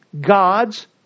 God's